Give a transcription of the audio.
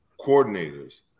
coordinators